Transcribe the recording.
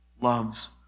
loves